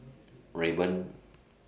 Rayban